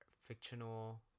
fictional